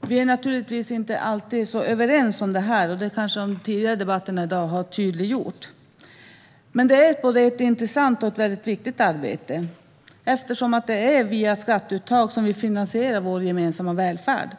Vi är naturligtvis inte alltid överens om detta - det kanske de tidigare debatterna i dag har tydliggjort. Men det är ett både intressant och väldigt viktigt arbete, eftersom det är via skatteuttag vi finansierar vår gemensamma välfärd.